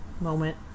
moment